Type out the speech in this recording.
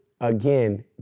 again